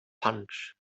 punch